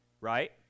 right